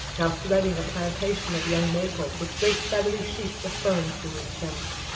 now threading a plantation of young maples with great feathery sheets of ferns beneath them,